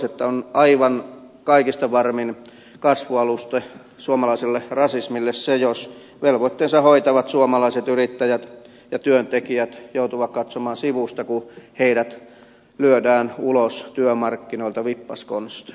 on aivan kaikista varmin kasvualusta suomalaiselle rasismille se jos velvoitteensa hoitavat suomalaiset yrittäjät ja työntekijät joutuvat katsomaan sivusta kun heidät lyödään ulos työmarkkinoilta vippaskonstein